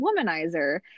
womanizer